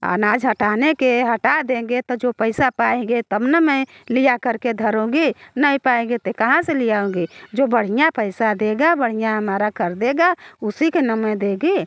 अनाज हटाने के हटा देंगे त जो पैसा पाएंगे तब ना मैं लिया कर के धरूँगी नहीं पाएंगे तो कहाँ से ली आऊँगी जो बढ़िया पैसा देगा बढ़िया हमारा कर देगा उसी के ना मैं देगी